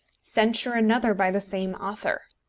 censure another by the same author?